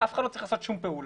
אף אחד לא צריך לעשות שום פעולה.